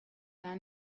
lan